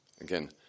Again